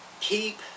Keep